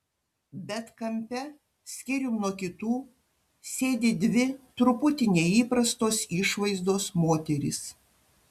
bet kampe skyrium nuo kitų sėdi dvi truputį neįprastos išvaizdos moterys